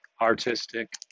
artistic